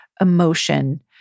emotion